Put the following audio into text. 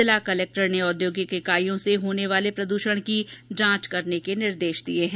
जिला कलेक्टर ने औद्योगिक इकाईयों से होने वाले प्रदूषण की जांच करने के निर्देश दिए हैं